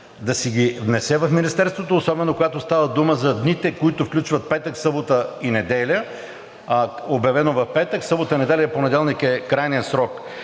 да си ги внесе в Министерството, особено когато става дума за дните, които включват петък, събота и неделя, а е обявено в петък – събота, неделя, и понеделник е крайният срок.